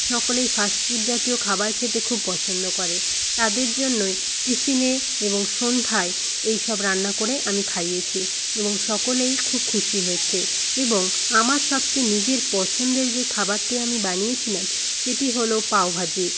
সকলেই fast food জাতীয় খাবার খেতে খুব পছন্দ করে তাদের জন্যই টিফিনে এবং সন্ধ্যায় এই সব রান্না করে আমি খাইয়েছি এবং সকলেই খুব খুশি হয়েছে এবং আমার সবচেয়ে নিজের পছন্দের যে খাবারটি আমি বানিয়েছিলাম সেটি হল পাওভাজি